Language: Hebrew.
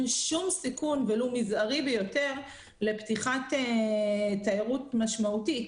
שום סיכון ולו מזערי ביותר לפתיחת תיירות משמעותית.